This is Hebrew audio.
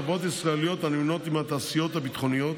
חברות ישראליות הנמנות עם התעשיות הביטחוניות